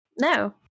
No